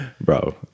bro